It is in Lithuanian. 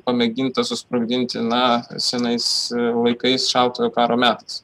pamėginta susprogdinti na senais laikais šaltojo karo metais